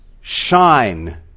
shine